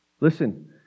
Listen